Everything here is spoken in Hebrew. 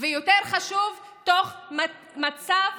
ויותר חשוב, תוך מצב